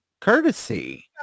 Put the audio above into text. courtesy